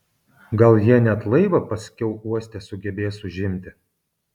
gal jie net laivą paskiau uoste sugebės užimti